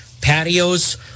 patios